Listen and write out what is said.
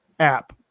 app